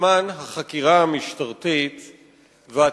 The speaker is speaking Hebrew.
זמן החקירה המשטרתית והטיפול,